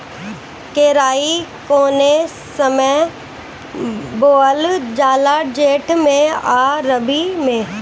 केराई कौने समय बोअल जाला जेठ मैं आ रबी में?